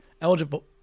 Eligible